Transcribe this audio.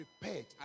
prepared